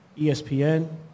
ESPN